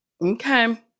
Okay